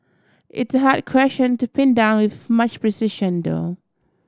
it's a hard question to pin down with much precision though